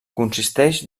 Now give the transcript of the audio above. consisteix